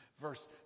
Verse